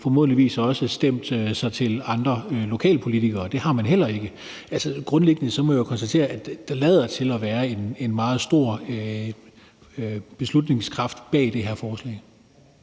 formodentlig også stemt sig til andre lokalpolitikere. Det har man heller ikke gjort. Altså, grundlæggende må jeg jo konstatere, at der lader til at være en meget stor beslutningskraft bag det her forslag.